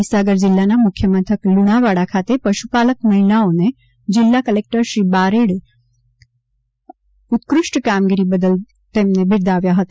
મહિસાગર જિલ્લાના મુખ્યમથક લુણાવાડા ખાતે પશુપાલક મહિલાઓને જિલ્લા કલેક્ટર શ્રી બારેડ ઉત્કૃષ્ઠ કામગારી બદલ બિરદાવી હતી